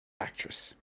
actress